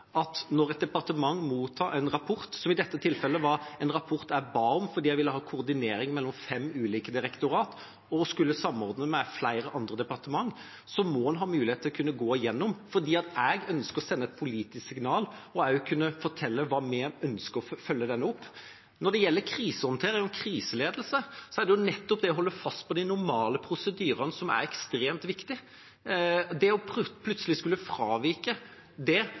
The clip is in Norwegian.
at når et departement mottar en rapport – som i dette tilfellet var en rapport jeg ba om fordi jeg ville ha koordinering mellom fem ulike direktorater, som skulle samordne med flere departementer – må man ha mulighet til å gå gjennom den. Jeg ønsker å sende et politisk signal for å kunne fortelle hvordan vi ønsker å følge opp rapporten. Når det gjelder krisehåndtering og kriseledelse, er det nettopp det å holde fast på de normale prosedyrene som er ekstremt viktig. Det å plutselig skulle fravike det